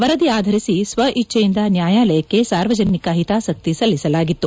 ವರದಿ ಆಧರಿಸಿ ಸ್ವಇಚ್ಚೆಯಿಂದ ನ್ಯಾಯಾಲಯಕ್ಕೆ ಸಾರ್ವಜನಿಕ ಹಿತಾಸಕ್ತಿ ಸಲ್ಲಿಸಲಾಗಿತ್ತು